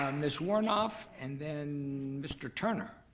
ms. warnoff and then mr. turner,